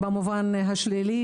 במובן השלילי